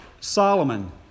Solomon